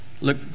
look